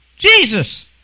Jesus